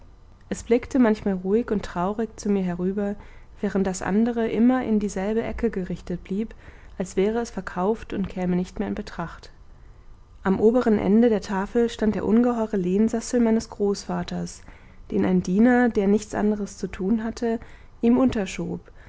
es blickte manchmal ruhig und traurig zu mir herüber während das andere immer in dieselbe ecke gerichtet blieb als wäre es verkauft und käme nicht mehr in betracht am oberen ende der tafel stand der ungeheure lehnsessel meines großvaters den ein diener der nichts anderes zu tun hatte ihm unterschob